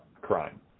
crime